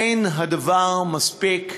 אין הדבר מספיק,